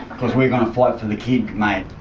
cos we're going to fight for the kid mate.